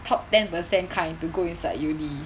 top ten percent kind to go inside you uni